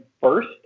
first